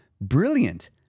brilliant